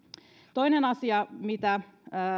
toinen asia mitä